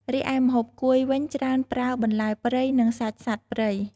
រីឯម្ហូបកួយវិញច្រើនប្រើបន្លែព្រៃ និងសាច់សត្វព្រៃ។